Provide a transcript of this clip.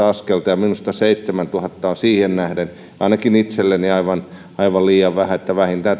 askelta ja minusta seitsemäntuhatta on siihen nähden ainakin itselleni aivan aivan liian vähän vähintään